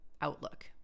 Outlook